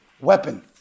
weapon